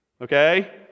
okay